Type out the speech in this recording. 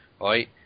right